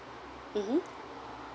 mmhmm